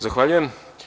Zahvaljujem.